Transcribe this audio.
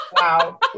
Wow